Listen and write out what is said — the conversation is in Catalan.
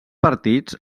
partits